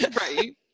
Right